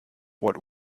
what